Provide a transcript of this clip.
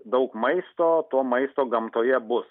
daug maisto to maisto gamtoje bus